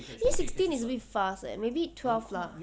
this sixteen is a bit fast leh maybe twelve lah